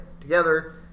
together